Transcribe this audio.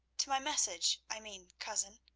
to my message, i mean, cousin.